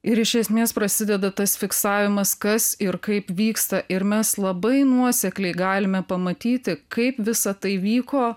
ir iš esmės prasideda tas fiksavimas kas ir kaip vyksta ir mes labai nuosekliai galime pamatyti kaip visa tai vyko